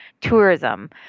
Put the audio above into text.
tourism